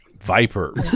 Viper